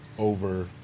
Over